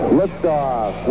liftoff